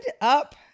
up